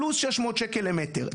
פלוס 600 שקל למטר.